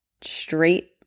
straight